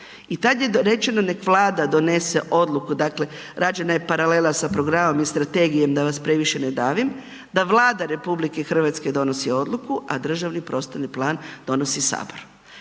i tad je rečeno neka Vlada donese odluku, dakle, rađena je paralela sa Programom i Strategijom da vas previše ne davim, da Vlada Republike Hrvatske donosi Odluku, a Državni prostorni plan donosi Sabor.